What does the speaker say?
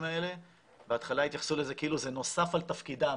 האלה בהתחלה התייחסו לזה כאילו זה נוסף על תפקידם,